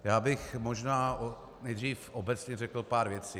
Já bych možná nejdříve obecně řekl pár věcí.